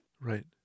Right